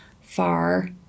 far